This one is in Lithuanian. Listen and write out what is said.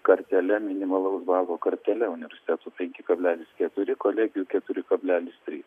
kartele minimalaus balo kartelė universitetų penki kablelis keturi kolegijų keturi kablelis trys